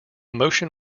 motion